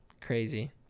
Crazy